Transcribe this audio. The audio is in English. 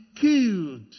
killed